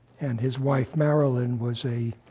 and his wife marilyn was a